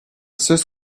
söz